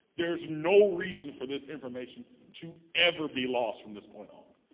there's no reason for this information to ever be lost from this point on.